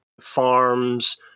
farms